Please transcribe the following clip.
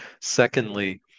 Secondly